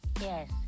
Yes